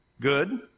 Good